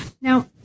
Now